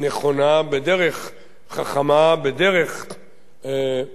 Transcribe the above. בדרך חכמה, בדרך מועילה,